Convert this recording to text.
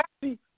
See